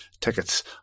tickets